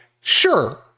sure